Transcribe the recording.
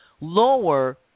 lower